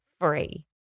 free